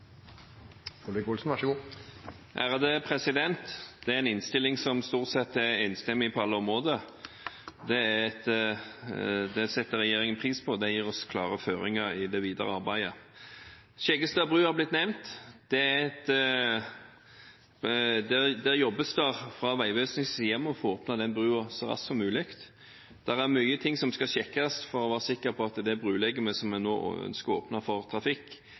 en innstilling som stort sett er enstemmig på alle områder. Det setter regjeringen pris på. Det gir oss klare føringer i det videre arbeidet. Skjeggestadbrua har blitt nevnt. Det jobbes fra Vegvesenets side med å få åpnet den broen så raskt som mulig. Det er mange ting som skal sjekkes for å være sikker på at det brolegemet som vi nå ønsker å åpne for trafikk,